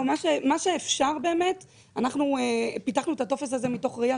אנחנו פיתחנו את הטופס הזה מתוך ראייה